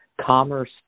Commerce